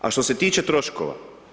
A što se tiče troškova.